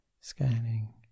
scanning